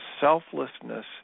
selflessness